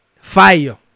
Fire